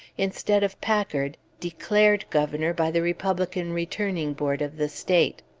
instead of packard, declared governor by the republican returning board of the state.